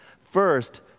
First